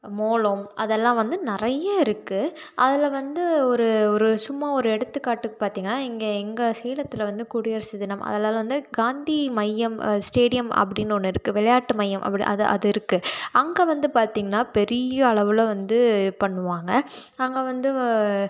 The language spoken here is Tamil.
மோளம் அதெல்லாம் வந்து நிறைய இருக்குது அதில் வந்து ஒரு ஒரு சும்மா ஒரு எடுத்துக்காட்டுக்கு பார்த்திங்கன்னா எங்கள் எங்கள் சேலத்தில் வந்து குடியரசு தினம் அதிலலாம் வந்து காந்தி மையம் ஸ்டேடியம் அப்படின்னு ஒன்று இருக்குது விளையாட்டு மையம் அப்படி அது அது இருக்குது அங்கே வந்து பார்த்திங்கன்னா பெரிய அளவில் வந்து பண்ணுவாங்கள் அங்கே வந்து